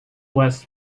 was